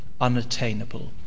unattainable